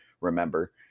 remember